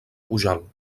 pujalt